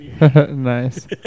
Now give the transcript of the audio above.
Nice